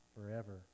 forever